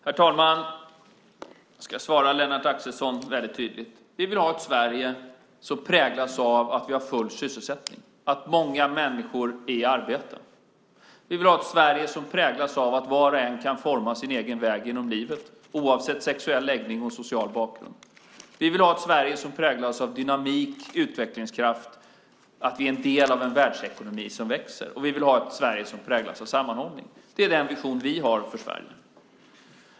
Herr talman! Jag ska svara Lennart Axelsson väldigt tydligt. Vi vill ha ett Sverige som präglas av att vi har full sysselsättning, att många människor är i arbete. Vi vill ha ett Sverige som präglas av att var och en kan forma sin egen väg genom livet, oavsett sexuell läggning och social bakgrund. Vi vill ha ett Sverige som präglas av dynamik, av utvecklingskraft och av att vi är en del av en världsekonomi som växer. Och vi vill ha ett Sverige som präglas av sammanhållning. Det är den vision vi har för Sverige.